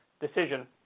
decision